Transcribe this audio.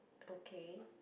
okay